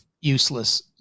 useless